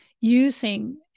using